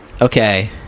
okay